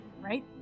Right